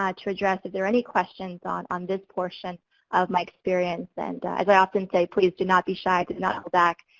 ah to address if there are any questions on on this portion of my experience. and as i often say, please do not be shy, do not hold back,